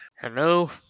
Hello